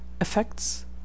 Effects